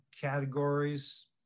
categories